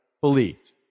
believed